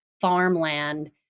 farmland